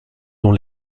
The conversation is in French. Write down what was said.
dont